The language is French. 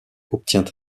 obtient